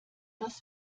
das